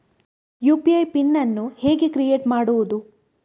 UPI PIN ಅನ್ನು ಹೇಗೆ create ಮಾಡುದು?